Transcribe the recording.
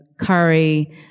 curry